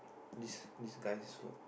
this this guy's food